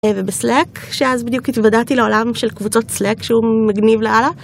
ובסלאק שאז בדיוק התוודעתי לעולם של קבוצות סלאק שהוא מגניב לאללה.